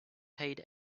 paid